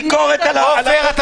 --- זה מידתי?